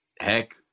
heck